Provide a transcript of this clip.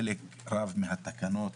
חלק רב מהתקנות